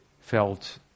felt